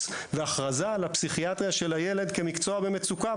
והכרזה על הפסיכיאטריה של הילד כמקצוע במצוקה.